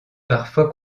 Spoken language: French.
parfois